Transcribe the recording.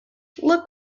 look